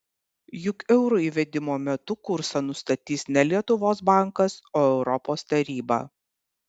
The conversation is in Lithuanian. juk euro įvedimo metu kursą nustatys ne lietuvos bankas o europos taryba